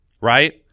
right